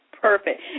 Perfect